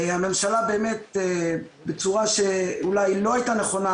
הממשלה באמת בצורה שאולי לא הייתה נכונה